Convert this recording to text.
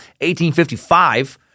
1855